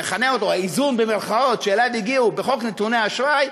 נכנה אותו "האיזון" שאליו הגיעו בחוק נתוני אשראי,